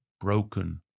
broken